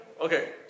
Okay